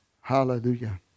Hallelujah